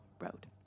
Road